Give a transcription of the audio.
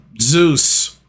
Zeus